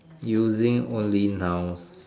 using only nouns